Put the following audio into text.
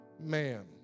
man